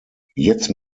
jetzt